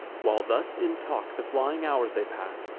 while thus in talk the flying hours they pass,